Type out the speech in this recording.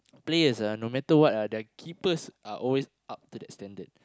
players ah no matter what ah their keepers are always up to that standard